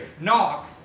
knock